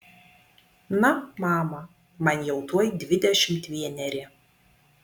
na mama man jau tuoj dvidešimt vieneri